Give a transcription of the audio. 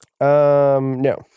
no